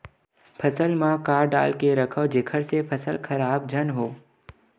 फसल म का डाल के रखव जेखर से फसल खराब झन हो?